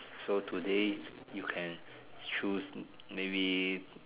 so today you can choose maybe